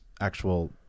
actual